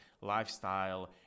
lifestyle